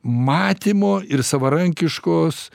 matymo ir savarankiškos